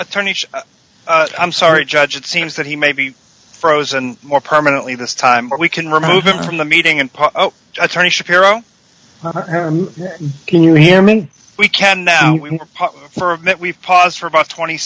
attorney i'm sorry judge it seems that he may be frozen or permanently this time or we can remove him from the meeting and attorney shapiro can you hear me we can now for a minute we pause for about twenty